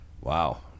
Wow